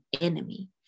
enemy